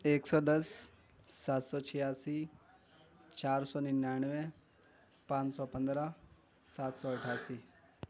ایک سو دس سات سو چھیاسی چار سو ننانوے پان سو پندرہ سات سو اٹھاسی